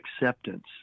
acceptance